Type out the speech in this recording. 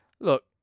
Look